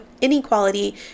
inequality